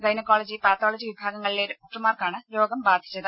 gynaecology pathology വിഭാഗങ്ങളിലെ ഡോക്ടർമാർക്കാണ് രോഗം ബാധിച്ചത്